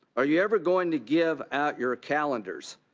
are you ever going to give out your calendars?